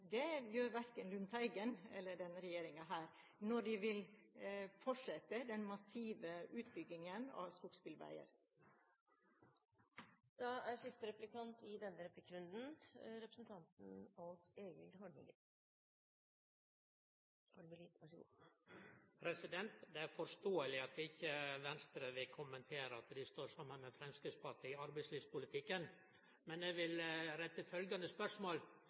Det gjør verken Lundteigen eller denne regjeringen når de vil fortsette den massive utbyggingen av skogsbilveier. Det er forståeleg at Venstre ikkje vil kommentere at dei står saman med Framstegspartiet i arbeidslivspolitikken, men eg vil stille følgjande spørsmål: